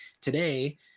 today